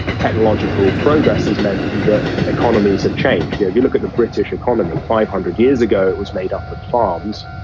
technological progress has made that economies have changed. yeah if you look at the british economy, five hundred years ago, it was made up of farms,